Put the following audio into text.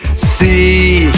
c,